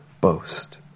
boast